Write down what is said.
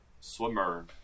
swimmer